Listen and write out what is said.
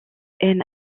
haine